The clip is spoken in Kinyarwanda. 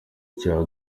cya